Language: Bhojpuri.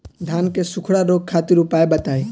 धान के सुखड़ा रोग खातिर उपाय बताई?